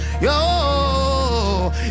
Yo